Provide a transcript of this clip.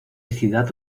ciudad